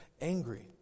angry